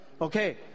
Okay